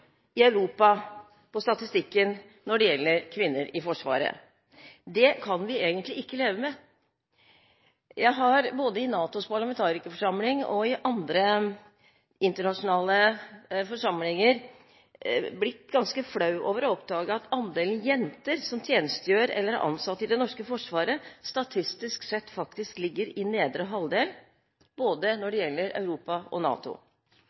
på statistikken i Europa når det gjelder kvinner i Forsvaret. Det kan vi egentlig ikke leve med. Jeg har i både NATOs parlamentarikerforsamling og i andre internasjonale forsamlinger blitt ganske flau over å oppdage at andelen jenter som tjenestegjør eller er ansatt i det norske forsvaret, statistisk sett faktisk ligger i nedre halvdel både når det gjelder Europa og NATO.